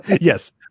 yes